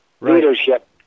leadership